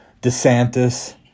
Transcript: DeSantis